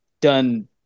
done